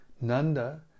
Nanda